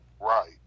Right